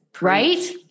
Right